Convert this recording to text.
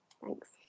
Thanks